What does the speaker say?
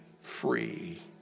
free